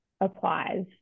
applies